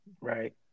Right